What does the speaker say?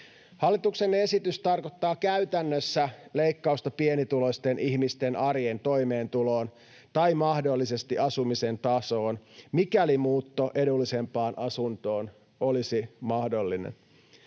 Hallituksen esitys tarkoittaa käytännössä leikkausta pienituloisten ihmisten arjen toimeentuloon tai mahdollisesti asumisen tasoon, mikäli muutto edullisempaan asuntoon olisi mahdollinen.